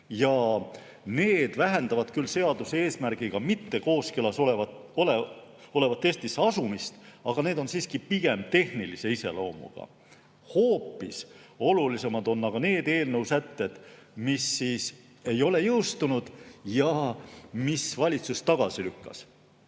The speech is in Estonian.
Need vähendavad küll seaduse eesmärgiga mitte kooskõlas olevat Eestisse asumist, ent on siiski pigem tehnilise iseloomuga. Hoopis olulisemad aga on need eelnõu sätted, mis ei ole jõustunud ja mis valitsus tagasi lükkas.